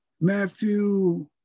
Matthew